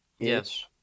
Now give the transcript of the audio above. Yes